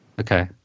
okay